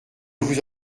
vous